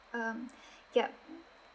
um yup